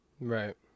Right